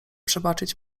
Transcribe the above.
przebaczyć